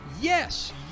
Yes